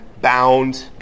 bound